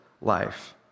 life